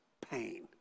pain